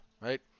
right